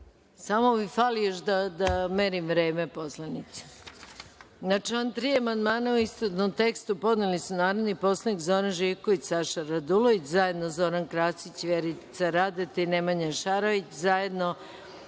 Samo mi fali da još merim vreme poslanicima. Na član 3. amandmane u istovetnom tekstu podneli su narodni poslanik Zoran Živković, Saša Radulović, zajedno Zoran Krasić, Vjerica Radeta i Nemanja Šarović, zajedno